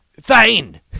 Fine